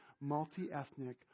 multi-ethnic